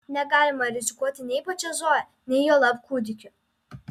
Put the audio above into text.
negalima rizikuoti nei pačia zoja nei juolab kūdikiu